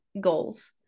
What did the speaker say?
goals